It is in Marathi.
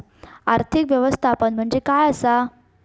आर्थिक व्यवस्थापन म्हणजे काय असा?